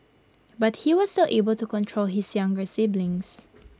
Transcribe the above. but he was still able to control his younger siblings